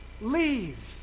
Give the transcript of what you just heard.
leave